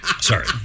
Sorry